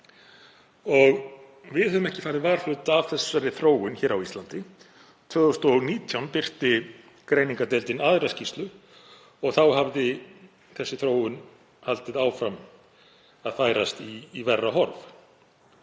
Við höfum ekki farið varhluta af þessari þróun á Íslandi. Árið 2019 birti greiningardeildin aðra skýrslu og þá hafði þessi þróun haldið áfram að færast í verra horf,